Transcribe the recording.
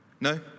No